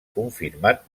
confirmat